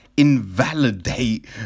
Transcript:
invalidate